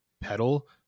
pedal